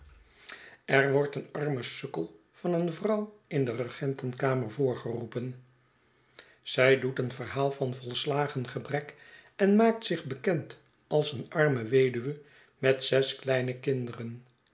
er wordt een arme sukkel van een vrouw in de regentenkamer voorgeroepen zij doet een verhaal van volslagen gebrek en maakt zich bekend als een arme weduwe met zes kleine kinderen